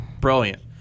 Brilliant